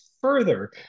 further